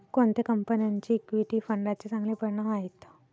कोणत्या कंपन्यांचे इक्विटी फंडांचे चांगले परिणाम आहेत?